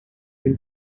will